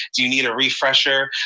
do you need a refresher?